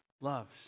loves